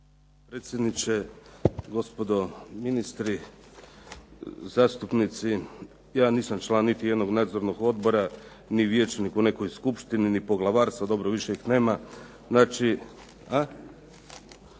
potpredsjedniče. Gospodo ministri, zastupnici. Ja nisam član niti jednog nadzornog odbora ni vijećnik u nekoj skupštini ni poglavarstvu, dobro više ih nema. Znači…